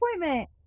appointment